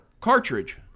Cartridge